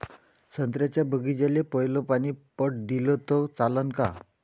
संत्र्याच्या बागीचाले पयलं पानी पट दिलं त चालन का?